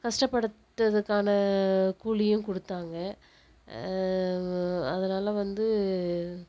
கஷ்டப்பட்டத்துக்கான கூலியும் கொடுத்தாங்க அதனால் வந்து